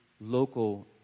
local